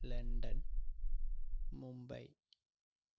London Mumbai